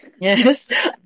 Yes